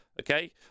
okay